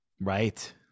Right